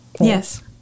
Yes